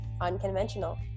unconventional